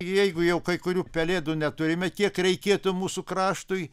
jeigu jau kai kurių pelėdų neturime kiek reikėtų mūsų kraštui